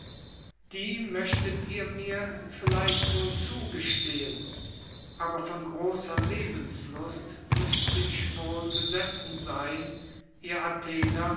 die möchtet ihr mir vielleicht wohl zugestehen aber von großer lebenslust müßte ich wohl besessen sein ihr athener